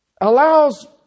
allows